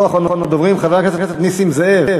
לא אחרון הדוברים: חבר הכנסת נסים זאב.